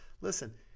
Listen